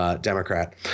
Democrat